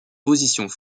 positions